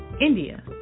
India